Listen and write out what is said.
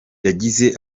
yagize